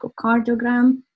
echocardiogram